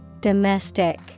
Domestic